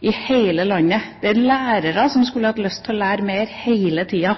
i hele landet. Lærerne skulle hatt lyst til å lære mer hele tida.